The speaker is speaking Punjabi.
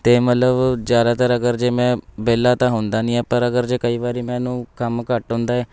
ਅਤੇ ਮਤਲਬ ਜ਼ਿਆਦਾਤਰ ਅਗਰ ਜੇ ਮੈਂ ਵਿਹਲਾ ਤਾਂ ਹੁੰਦਾ ਨਹੀਂ ਹੈ ਪਰ ਅਗਰ ਜੇ ਕਈ ਵਾਰੀ ਮੈਨੂੰ ਕੰਮ ਘੱਟ ਹੁੰਦਾ ਏ